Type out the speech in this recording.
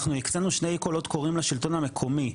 אנחנו הקצינו שני קולות קוראים לשלטון המקומי,